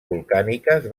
volcàniques